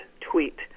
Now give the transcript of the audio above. tweet